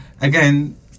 again